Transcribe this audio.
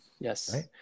Yes